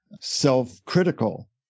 self-critical